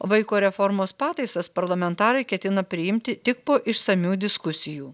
vaiko reformos pataisas parlamentarai ketina priimti tik po išsamių diskusijų